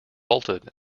bolted